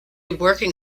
working